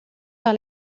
par